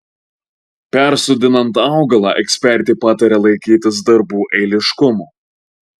persodinant augalą ekspertė pataria laikytis darbų eiliškumo